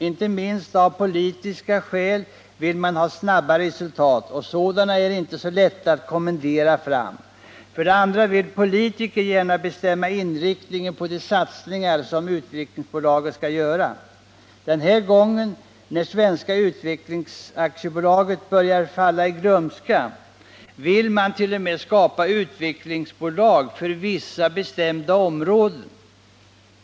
Inte minst av politiska skäl vill man ha snabba resultat, och sådana är inte så lätta att kommendera fram. För det andra vili politiker gärna bestämma inriktningen på de satsningar som utvecklingsbolaget skall göra. Den här gången, när Svenska Utvecklingsbolaget börjar falla i glömska, vill man t.o.m. skapa utvecklingsbolag för vissa bestämda områden.